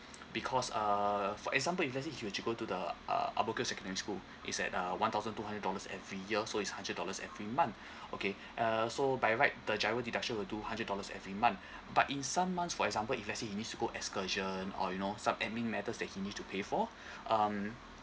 because uh for example if let's say if you were to go to the uh ang mo kio secondary school it's at uh one thousand two hundred dollars every year so it's hundred dollars every month okay uh so by right the giro deduction will do hundred dollars every month but in some months for example if let's say he needs to go excursion or you know some admin matters that he needs to pay for um